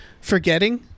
forgetting